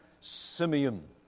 Simeon